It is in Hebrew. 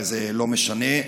הרי זה לא משנה,